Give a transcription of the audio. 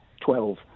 Twelve